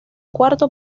cuarto